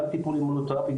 גם טיפול אימונותרפי,